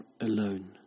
alone